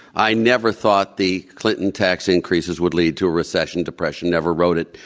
i never thought the clinton tax increases would lead to a recession, depression. never wrote it,